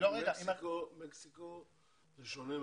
מקסיקו זה שונה מארגנטינה.